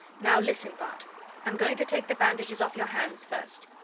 now, listen, bart i'm going to take the bandages off your hands first.